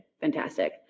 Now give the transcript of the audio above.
Fantastic